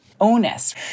onus